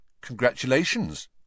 Congratulations